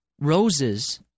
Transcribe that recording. Roses